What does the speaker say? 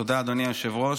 תודה, אדוני היושב-ראש.